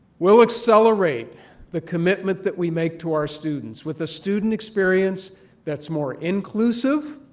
we'll accelerate the commitment that we make to our students with a student experience that's more inclusive,